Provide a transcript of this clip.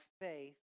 faith